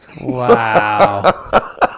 Wow